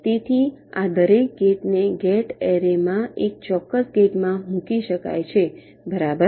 તેથી આ દરેક ગેટને ગેટ એરેમાં એક ચોક્કસ ગેટમાં મૂકી શકાય છે બરાબર